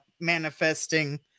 manifesting